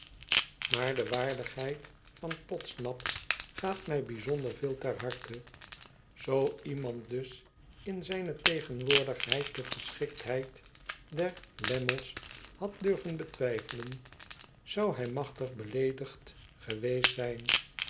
maar de waardigheid van podsnap gaat mij bijzonder veel ter harte zoo iemand dus in zijne tegenwoordigheid de geschiktheid der lammies had durven betwijfelen zou hij machtig beleedigd geweest zijn